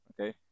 okay